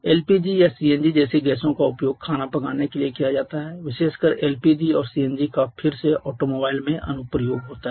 LPG या CNG जैसी गैसों का उपयोग खाना पकाने के लिए किया जाता है विशेषकर एलपीजी और सीएनजी का फिर से ऑटोमोबाइल में अनुप्रयोग होता है